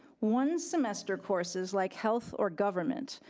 one semester courses like health or government,